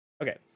Okay